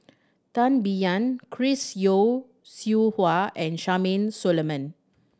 Tan Biyun Chris Yeo Siew Hua and Solomon